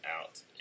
out